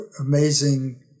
amazing